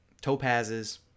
topazes